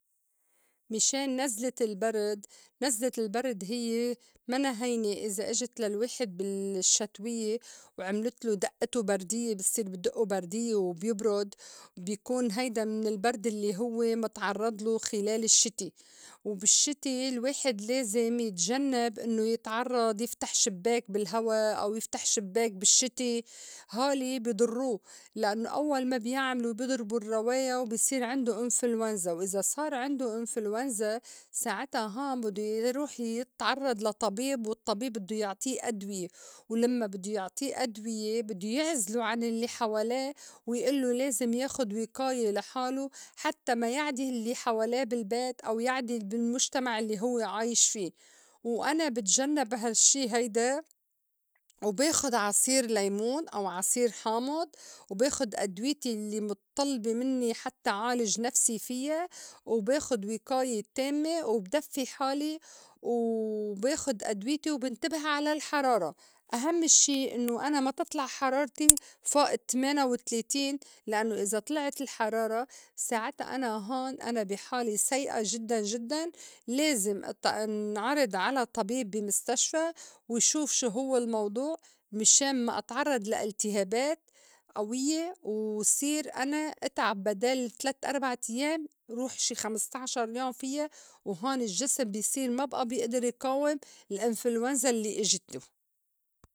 مِشان نَزْلت البرد، نزلت البرد هيّ مَنَا هينة إذا اجت للواحد بالشتويّة وعملتلو دئّتو برديّة بصير بدئّو برديّة وبيبرد بيكون هيدا من البرد يلّي هو متعرّض له خِلال الشّتي، وبالشّتي الواحد لازم يتجنّب إنّو يتعرّض يفتح شبّاك بالهواء أو يفتح شبّاك بالشّتي هولي بي ضرّو لإنّو أول ما بيعملو بيضربو الرّواية وبي صير عِنده إنفلونزا، وإذا صار عِندو إنفلونزا ساعتا هون بدّو يروح يتعرّض لا طبيب، والطّبيب بدّو يعطي أدوية، ولمّا بدّو يعطي أدوية بدّو يعزله عن الّي حواليه ويئلّو لازم ياخد وقاية لحاله حتّى ما يعدي الّي حواليه بالبيت أو يعدي بالمُجتمع الّي هوّ عايش في، وأنا بتجنّب هالشّي هيدا وباخُد عصير ليمون أو عصير حامُض وباخد أدويتي الّي مطّلبي منّي حتّى عالج نفسي فيّا وباخُد وقاية التامّة وبدفّي حالي و باخُد أدويتي، وبنتبه على الحرارة أهمّ شي إنّو أنا ما تطلع حرارتي فوق التمينا وتلاتين لإنّو إذا طلعت الحرارة ساعتا أنا هون أنا بي حالي سيئة جدّاً جدّاً لازم ات- انعرض على طبيب بي مستشفى ويشوف شو هوّ الموضوع مِشان ما اتعرّض لا التهابات قويّة وصير أنا اتعب بدال تلت أربعة أيام روح شي خمس طاعشر يوم فيّا وهون الجسم بي صير ما بئى بيئدر يقاوم الأنفلونزا الّي اجته.